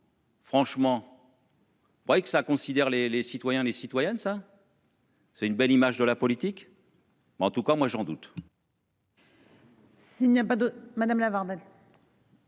Franchement. Faudrait que ça considère les les citoyens les citoyennes ça.-- C'est une belle image de la politique.-- Mais en tout cas moi j'en doute. S'il n'y a pas de madame Lavarde.